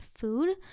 food